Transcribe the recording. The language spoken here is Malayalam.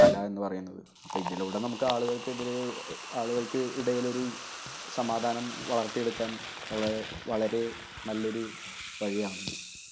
കല എന്ന് പറയുന്നത് അപ്പോൾ ഇതിലൂടെ നമുക്ക് ആളുകൾക്ക് എതിരെയോ ആളുകൾക്ക് ഇടയിൽ ഒരു സമാധാനം വളർത്തിയെടുക്കാൻ ഉള്ള വളരെ നല്ല ഒരു വഴിയാണ് ഇത്